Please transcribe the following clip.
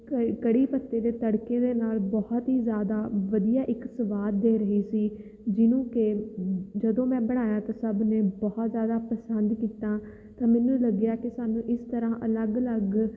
ਘਈ ਕੜੀ ਪੱਤੇ ਦੇ ਤੜਕੇ ਦੇ ਨਾਲ ਬਹੁਤ ਹੀ ਜ਼ਿਆਦਾ ਵਧੀਆ ਇੱਕ ਸਵਾਦ ਦੇ ਰਹੇ ਸੀ ਜਿਹਨੂੰ ਕਿ ਜਦੋਂ ਮੈਂ ਬਣਾਇਆ ਤਾ ਸਭ ਨੇ ਬਹੁਤ ਜ਼ਿਆਦਾ ਪਸੰਦ ਕੀਤਾ ਤਾਂ ਮੈਨੂੰ ਲੱਗਿਆ ਕਿ ਸਾਨੂੰ ਇਸ ਤਰ੍ਹਾਂ ਅਲੱਗ ਅਲੱਗ